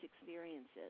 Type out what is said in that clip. experiences